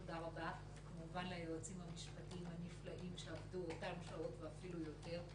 תודה רבה; כמובן ליועצים המשפטיים הנפלאים שעבדו אותן שעות ואפילו יותר,